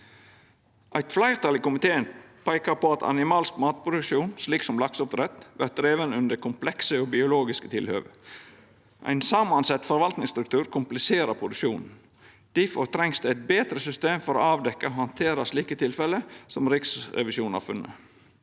Eit fleirtal i komiteen peikar på at animalsk matproduksjon, slik som lakseoppdrett, vert driven under komplekse biologiske tilhøve. Ein samansett forvaltningsstruktur kompliserer produksjonen. Difor trengst det eit betre system for å avdekkja og handtera slike tilfelle som Riksrevisjonen har funne.